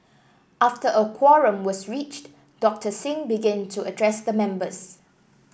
after a quorum was reached Doctor Singh began to address the members